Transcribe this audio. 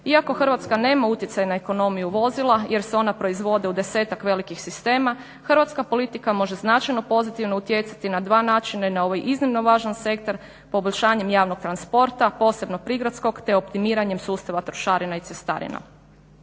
Iako Hrvatska nema utjecaj na ekonomiju vozila jer se ona proizvode u desetak velikih sistema hrvatska politika može značajno pozitivno utjecati na dva načina i na ovaj iznimno važan sektor poboljšanjem javnog transporta, posebno prigradskog te optimiranjem sustava trošarina i cestarina.